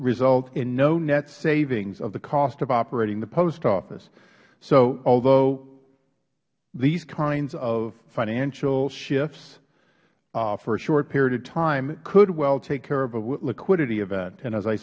result in no net savings of the cost of operating the post office so although these kinds of financial shifts for a short period of time could well take care of a liquidity event and as i